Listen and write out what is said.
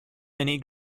many